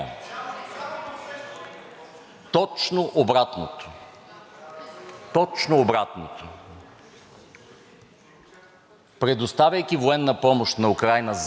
Предоставяйки военна помощ на Украйна заедно с нашите партньори, ние заявяваме ясно, че България е достоен съюзник, на когото може да се разчита.